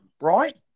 right